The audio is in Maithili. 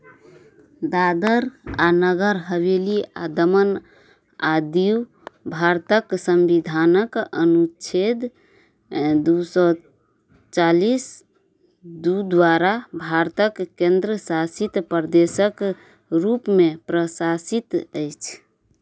दादर आ नगर हवेली आ डामन आ ड्यू भारतक संविधानक अनुच्छेद दू सए चालीस दू द्वारा भारतक केन्द्र शासित प्रदेशक रूपमे प्रशासित अछि